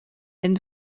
and